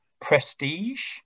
Prestige